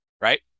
right